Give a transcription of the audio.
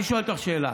אני שואל אותך שאלה.